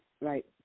right